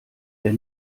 der